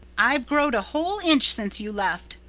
i've growed a whole inch since you left,